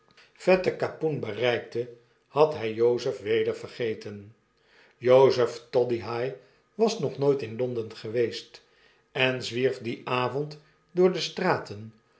vette kapoen bereikte had hij jozef weder vergeten jozef toddyhigh was nog nooit in londen geweest en zwierf dien avond door de straten